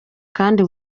kandi